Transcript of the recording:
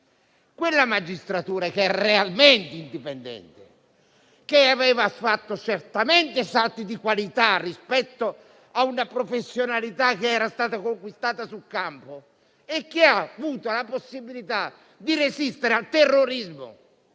Quella magistratura, però, era realmente indipendente, aveva fatto certamente salti di qualità, rispetto a una professionalità che era stata conquistata sul campo, e aveva avuto appunto la possibilità di resistere al terrorismo,